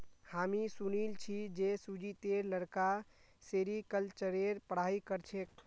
हामी सुनिल छि जे सुजीतेर लड़का सेरीकल्चरेर पढ़ाई कर छेक